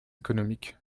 économique